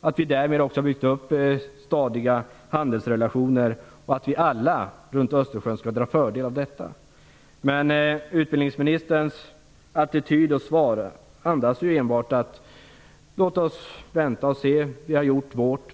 kommer vi därmed att bygga upp stadiga handelsrelationer som vi alla runt Östersjön kommer att dra fördel av. Men utbildningsministerns attityd och svar andas enbart: Låt oss vänta och se. Vi har gjort vårt.